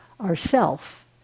ourself